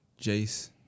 Jace